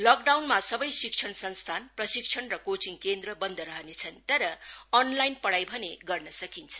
लकडाउनमा सबै शिक्षण संस्थान प्रशिक्षण र कोचिङ केन्द्र बन्द रहनेछ तर अनलाइन पढाई भने गर्न सकिन्छ